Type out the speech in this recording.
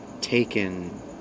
taken